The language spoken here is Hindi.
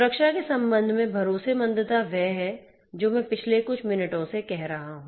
सुरक्षा के संबंध में भरोसेमंदता वह है जो मैं पिछले कुछ मिनटों से कह रहा हूं